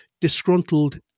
disgruntled